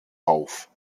auf